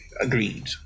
Agreed